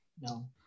No